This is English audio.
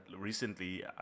recently